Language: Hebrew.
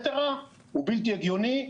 הוא בלתי הגיוני,